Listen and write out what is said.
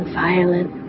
violent